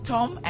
Tom